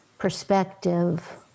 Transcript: perspective